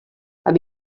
amb